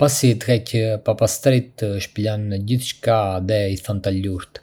Pasi të heqë papastërtitë, shpëlan gjithçka dhe i than talurt